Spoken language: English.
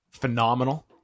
Phenomenal